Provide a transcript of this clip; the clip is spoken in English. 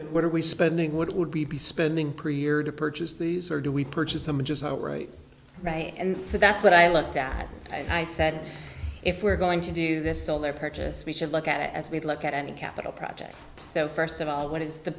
which what are we spending what it would be spending per year to purchase these or do we purchase some just not right right and so that's what i looked at and i said if we're going to do this on their purchase we should look at it as we look at any capital project so first of all what is the